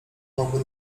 mogłem